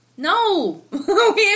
No